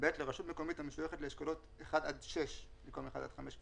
כאן זה אשכולות 1 עד 6 במקום אשכולות 1 עד 5,